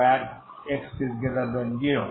x0